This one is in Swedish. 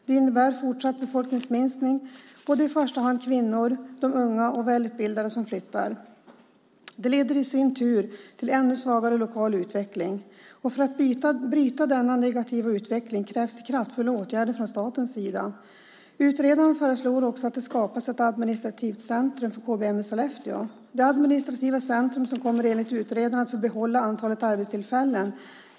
Det innebär en fortsatt befolkningsminskning. Och det är i första hand kvinnor, unga och välutbildade som flyttar. Det leder i sin tur till en ännu svagare lokal utveckling. För att bryta denna negativa utveckling krävs kraftfulla åtgärder från statens sida. Utredaren föreslår också att det skapas ett administrativt centrum för KBM i Sollefteå. Det administrativa centrumet kommer enligt utredaren att få behålla arbetstillfällena.